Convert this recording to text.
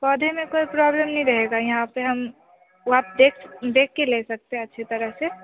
पौधे में कोई प्रॉब्लेम नहीं रहेगा यहाँ पर हम वो आप देख देख के ले सकते हैं अच्छे तरह से